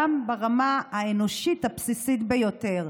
גם ברמה האנושית הבסיסית ביותר.